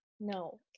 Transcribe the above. No